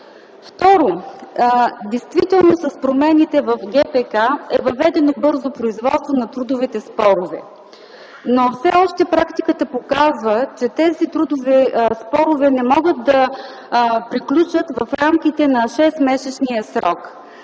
Второ, действително с промените в ГПК е въведено бързо производство по трудовите спорове, но все още практиката показва, че тези трудови спорове не могат да приключат в рамките на шестмесечния срок.